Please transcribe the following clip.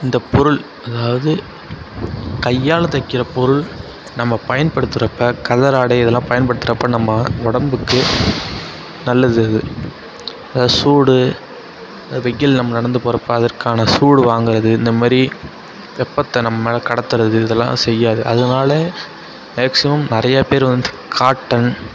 இந்த பொருள் அதாவது கையால் தைக்கிற பொருள் நம்ம பயன்படுத்துறப்ப கதர் ஆடை இதுல்லாம் பயன்படுத்துறப்ப நம்ம உடம்புக்கு நல்லது அது அதாவது சூடு வெயில் நம்ம நடந்து போறப்போ அதற்கான சூடு வாங்குறது இந்த மாரி வெப்பத்தை நம்மேலே கடத்துவது இதெல்லாம் செய்யாது அதனாலே மேக்சிமம் நிறைய பேர் வந்து காட்டன்